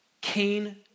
Cain